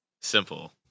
Simple